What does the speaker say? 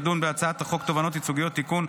תדון בהצעת חוק תובענות ייצוגיות (תיקון,